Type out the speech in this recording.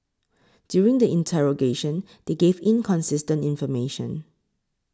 during the interrogation they gave inconsistent information